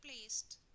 placed